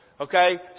Okay